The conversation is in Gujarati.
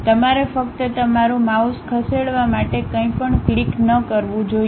તમારે ફક્ત તમારું માઉસ ખસેડવા માટે કંઈપણ ક્લિક ન કરવું જોઈએ